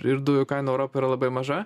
ir dujų kaina europoj yra labai maža